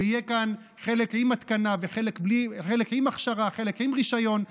ויהיה כאן חלק עם הכשרה, חלק עם רישיון.